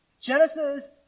Genesis